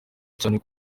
cyane